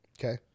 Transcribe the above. Okay